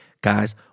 Guys